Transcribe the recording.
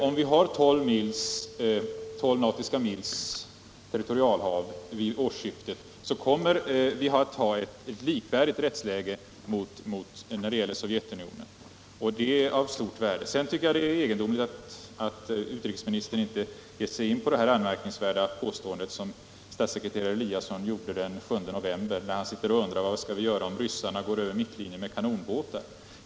Om vi har tolv nautiska mils territorialhav vid årsskiftet kommer vårt rättsläge att vara likvärdigt med Sovjetunionens, och det är värdefullt. Jag tycker det är egendomligt att utrikesministern inte tar upp det uttalande som statssekreterare Eliasson gjorde den 7 november, när han undrade vad vi skall göra om ryssarna går över mittlinjen med kanonbåtar.